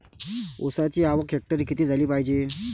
ऊसाची आवक हेक्टरी किती झाली पायजे?